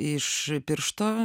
iš piršto